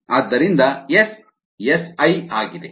ಆದ್ದರಿಂದ S→Si ಆಗಿದೆ